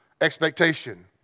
expectation